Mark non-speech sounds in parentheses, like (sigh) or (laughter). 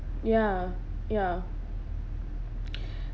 ya ya (breath)